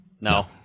No